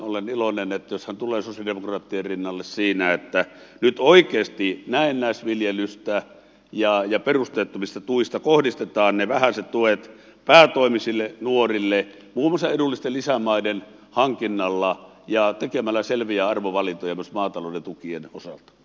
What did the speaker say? olen iloinen jos hän tulee sosialidemokraattien rinnalle siinä että nyt oikeasti näennäisviljelystä ja perusteettomista tuista kohdistetaan ne vähäiset tuet päätoimisille nuorille muun muassa edullisten lisämaiden hankinnalla ja tekemällä selviä arvovalintoja myös maatalouden tukien osalta